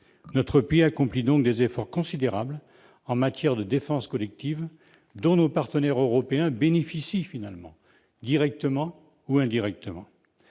Notre pays accomplit donc des efforts considérables en matière de défense collective, dont nos partenaires européens bénéficient directement ou indirectement.